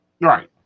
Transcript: Right